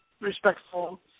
respectful